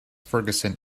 ferguson